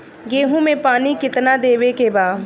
गेहूँ मे पानी कितनादेवे के बा?